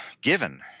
given